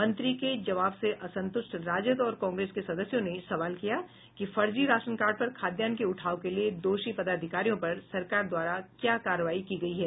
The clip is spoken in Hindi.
मंत्री के जवाब से असंतुष्ट राजद और कांग्रेस के सदस्यों ने सवाल किया कि फर्जी राशन कार्ड पर खाद्यान्न के उठाव के लिये दोषी पदाधिकारियों पर सरकार द्वारा क्या कार्रवाई की गयी है